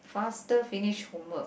faster finish homework